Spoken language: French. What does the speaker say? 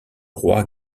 roi